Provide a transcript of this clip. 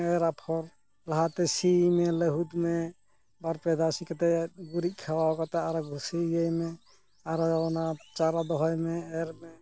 ᱮᱨ ᱟᱯᱷᱚᱨ ᱞᱟᱦᱟᱛᱮ ᱥᱤ ᱞᱟᱦᱩᱫ ᱢᱮ ᱵᱟᱨᱯᱮ ᱫᱷᱟᱣ ᱥᱤ ᱠᱟᱛᱮᱫ ᱜᱩᱨᱤᱡ ᱠᱷᱟᱣᱟᱣ ᱠᱟᱛᱮᱫ ᱟᱨᱚ ᱥᱤ ᱤᱭᱟᱹᱭᱢᱮ ᱟᱨᱚ ᱚᱱᱟ ᱪᱟᱨᱟ ᱫᱚᱦᱚᱭᱢᱮ ᱮᱨᱢᱮ